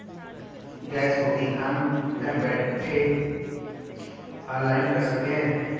gas booking हम घर बैठे ऑनलाइन कर सकते है